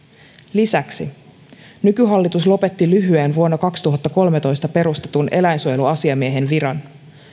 lisäksi nykyhallitus lopetti lyhyeen vuonna kaksituhattakolmetoista perustetun eläinsuojeluasiamiehen viran